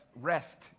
rest